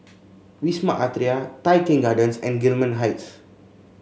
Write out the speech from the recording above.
Wisma Atria Tai Keng Gardens and Gillman Heights